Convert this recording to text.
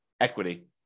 equity